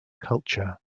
culture